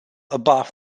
above